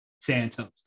Santos